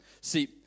See